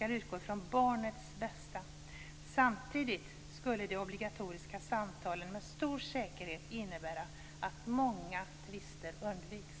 utgår från barnets bästa. Samtidigt skulle det obligatoriska samtalen med stor säkerhet innebära att många tvister undviks.